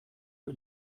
que